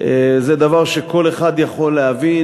זה דבר שכל אחד יכול להבין,